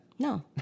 No